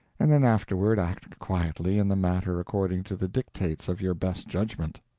and then afterward act quietly in the matter according to the dictates of your best judgment.